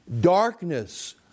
darkness